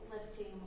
lifting